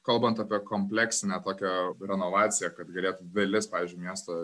kalbant apie kompleksinę tokią renovaciją kad galėtų dalis pavyzdžiui miesto